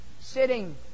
sitting